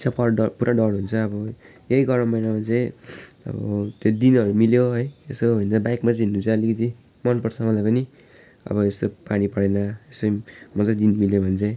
पर डर पुरा डर हुन्छ अब यही गरम महिनामा चाहिँ अब त्यो दिनहरू मिल्यो है यसो हिँड्दा बाइकमा चाहिँ अलिकति मनपर्छ मलाई पनि अब यसो पानी परेन यसो मजाको दिन मिल्यो भने चाहिँ